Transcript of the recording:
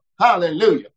Hallelujah